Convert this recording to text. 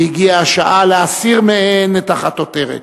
והגיעה השעה להסיר מהן את החטוטרת.